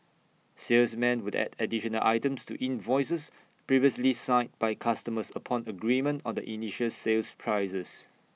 salesmen would add additional items to invoices previously signed by customers upon agreement on the initial sales prices